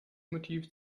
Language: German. motiv